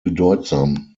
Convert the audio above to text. bedeutsam